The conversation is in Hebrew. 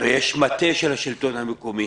הרי יש מטה של השלטון המקומי